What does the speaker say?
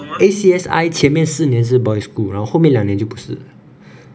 A_C_S_I 前面四年是 boys' school 然后后面两年就不是